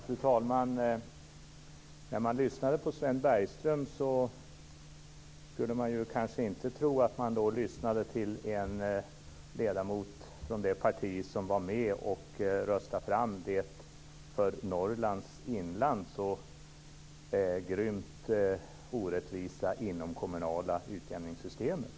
Fru talman! När man lyssnade på Sven Bergström kunde man inte tro att man lyssnade till en ledamot från det parti som var med och röstade fram det för Norrlands inland så grymt orättvisa inomkommunala utjämningssystemet.